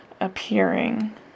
appearing